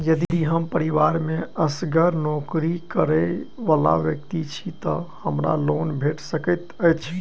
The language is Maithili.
यदि हम परिवार मे असगर नौकरी करै वला व्यक्ति छी तऽ हमरा लोन भेट सकैत अछि?